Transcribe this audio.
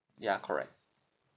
ya correct